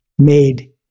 made